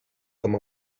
com